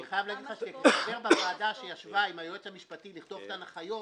אני חייב להגיד לך שכחבר שבוועדה שישבה עם היועץ המשפטי לצורך ההנחיות,